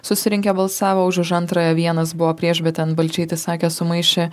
susirinkę balsavo už už antrąją vienas buvo prieš bet ten balčytis sakė sumaišė